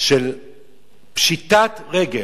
של פשיטת רגל.